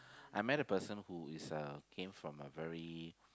I met a person who is uh came from a very